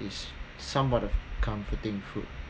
it's somewhat of a comforting food